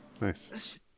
Nice